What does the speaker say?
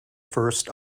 first